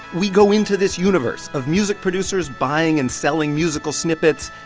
we go into this universe of music producers buying and selling musical snippets,